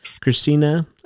Christina